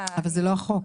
אבל זה לא החוק.